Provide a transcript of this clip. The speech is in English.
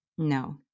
No